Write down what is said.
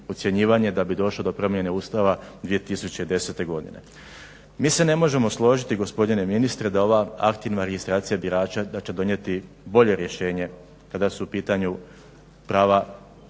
da bi došlo do promjene Ustava 2010.godine. Mi se ne možemo složiti gospodine ministre da ova aktivna registracija birača da će donijeti bolje rješenje kada su u pitanju prava birača